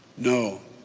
no.